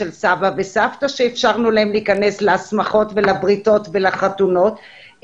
של סבא וסבתא שאפשרנו להם להיכנס לשמחות ולבריתות ולחתונות.